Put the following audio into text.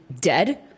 dead